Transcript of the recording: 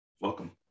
Welcome